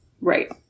Right